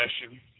session